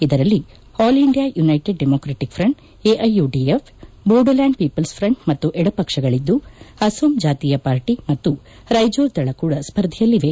ಇದರಲ್ಲಿ All India United Democratic Front AIUDF Bodoland People's Front ಮತ್ತು ಎಡಪಕ್ಷಗಳು ಇದ್ದು ಅಸ್ಸೋಂ ಜಾತೀಯ ಪಾರ್ಟಿ ಮತ್ತು ರೈಜೋರ್ ದಳ ಕೂಡ ಸ್ಪರ್ಧೆಯಲ್ಲಿವೆ